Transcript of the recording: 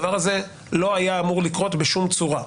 הדבר הזה לא היה אמור לקרות בשום צורה.